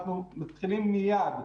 אנחנו מתחילים מייד.